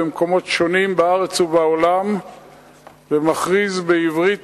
במקומות שונים בארץ ובעולם ומכריז בעברית